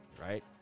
right